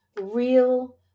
real